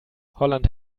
holland